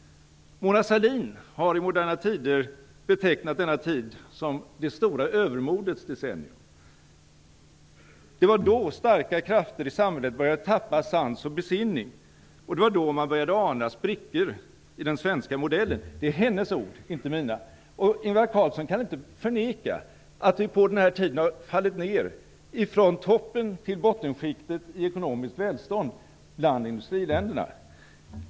Mona Sahlin har i Moderna Tider betecknat denna tid som det stora övermodets decennium. Det var då starka krafter i samhället började tappa sans och besinning och det var då man började ana sprickor i den svenska modellen - det här är Mona Sahlins ord, inte mina. Ingvar Carlsson kan inte förneka att vi under den här tiden fallit ner från toppen till bottenskiktet i fråga om ekonomiskt välstånd bland industriländerna.